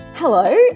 Hello